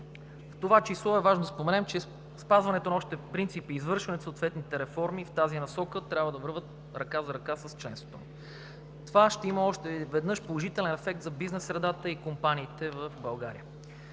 В това число е важно да споменем, че спазването на още принципи и извършването на съответните реформи в тази насока трябва да вървят ръка за ръка с членството ни. Това ще има още веднъж положителен ефект за бизнес средата и компаниите в България.